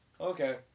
Okay